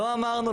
לא אמרנו,